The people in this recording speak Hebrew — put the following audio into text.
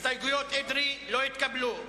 הסתייגויות אדרי לא התקבלו.